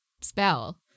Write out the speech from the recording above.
spell